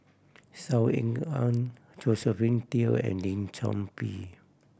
Saw Ean Ang Josephine Teo and Lim Chor Pee